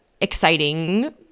exciting